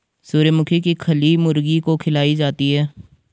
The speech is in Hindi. सूर्यमुखी की खली मुर्गी को खिलाई जाती है